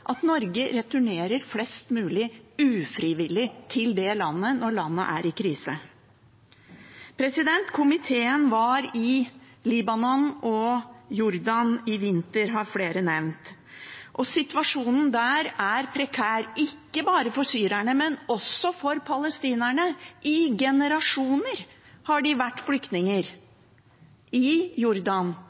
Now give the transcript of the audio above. at Norge returnerer flest mulig ufrivillig dit, når landet er i krise. Komiteen var i Libanon og Jordan i vinter, har flere nevnt. Situasjonen der er prekær, ikke bare for syrerne, men også for palestinerne. I generasjoner har de vært flyktninger i Jordan